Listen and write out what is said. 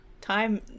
Time